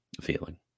feeling